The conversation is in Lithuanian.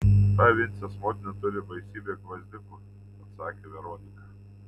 ta vincės motina turi baisybę gvazdikų atsakė veronika